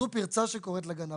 זו פרצה שקוראת לגנב.